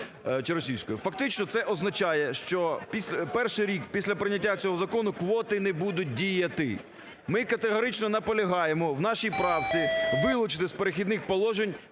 Фактично це означає, що перший рік після прийняття цього закону квоти не будуть діяти. Ми категорично наполягаємо в нашій правці вилучити з "Перехідних положень"